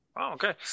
Okay